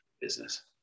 business